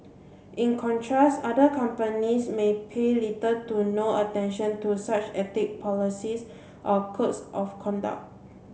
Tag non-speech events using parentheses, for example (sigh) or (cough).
in contrast other companies may pay little to no attention to such (unintelligible) policies or codes of conduct